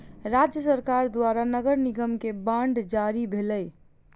राज्य सरकार द्वारा नगर निगम के बांड जारी भेलै